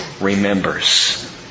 remembers